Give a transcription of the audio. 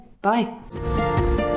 Bye